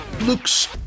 looks